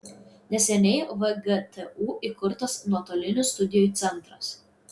neseniai vgtu įkurtas nuotolinių studijų centras